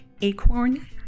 Acorn